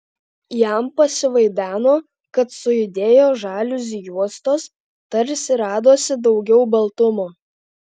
jam pasivaideno kad sujudėjo žaliuzių juostos tarsi radosi daugiau baltumo